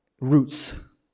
roots